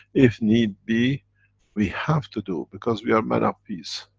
if need be we have to do, because we are men of peace.